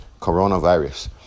coronavirus